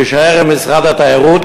תישאר עם משרד התיירות,